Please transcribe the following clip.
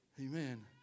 Amen